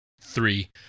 three